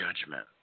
judgment